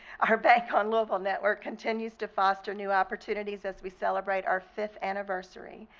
our bank on local network continues to foster new opportunities as we celebrate our fifth anniversary.